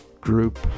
group